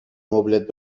مبلت